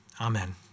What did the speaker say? Amen